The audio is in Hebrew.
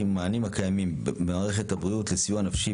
עם המענים הקיימים במערכת הבריאות לסיוע נפשי,